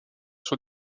sur